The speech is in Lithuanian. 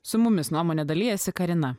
su mumis nuomone dalijasi karina